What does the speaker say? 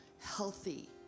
healthy